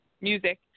Music